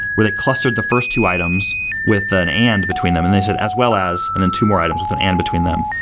where they clustered the first two items with an and between them, and they said, as well as, and then two more items with an and between them.